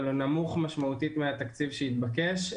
אבל הוא נמוך משמעותית מהתקציב שהתבקש.